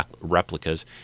Replicas